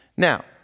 Now